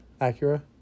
Acura